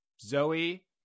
zoe